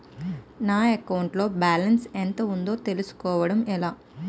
నా అకౌంట్ లో బాలన్స్ ఎంత ఉందో తెలుసుకోవటం ఎలా?